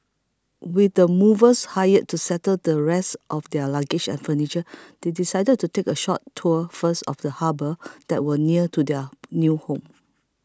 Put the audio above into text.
with the movers hired to settle the rest of their luggage and furniture they decided to take a short tour first of the harbour that was near to their new home